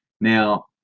Now